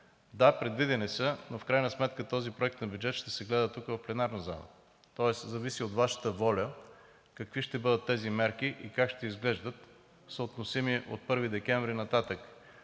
Да, предвидени са, но в крайна сметка този проект на бюджет ще се гледа тук в пленарната зала. Тоест зависи от Вашата воля какви ще бъдат тези мерки и как ще изглеждат, съотносими от 1 декември нататък,